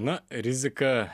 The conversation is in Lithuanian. na rizika